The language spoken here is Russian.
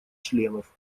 членов